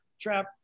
Trap